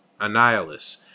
Annihilus